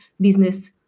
business